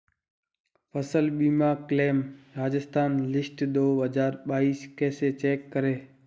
फसल बीमा claim Rajasthan list दो हज़ार बाईस कैसे चेक करें?